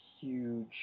huge